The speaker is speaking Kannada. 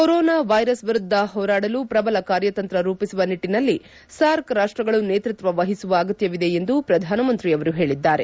ಕೊರೊನಾ ವ್ಯೆರಸ್ ವಿರುದ್ದ ಹೋರಾಡಲು ಪ್ರಬಲ ಕಾರ್ಯತಂತ್ರ ರೂಪಿಸುವ ನಿಟ್ಟನಲ್ಲಿ ಸಾರ್ಕ್ ರಾಷ್ಷಗಳು ನೇತೃತ್ವ ವಹಿಸುವ ಅಗತ್ವವಿದೆ ಎಂದು ಪ್ರಧಾನಮಂತ್ರಿಯವರು ಹೇಳಿದ್ದಾರೆ